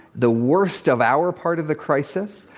the worst of our part of the crisis,